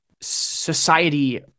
society